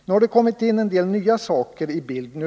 Nu har det kommit in en del nya saker i bilden.